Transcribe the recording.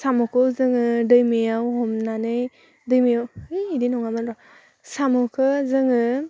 साम'खौ जोङो दैमायाव हमनानै दैमायाव है इदि नङामोन र' साम'खो जोङो